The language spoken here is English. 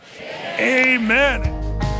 amen